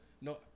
no